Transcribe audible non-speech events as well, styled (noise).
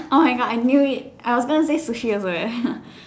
oh my god I knew it I was going to say sushi also eh (noise)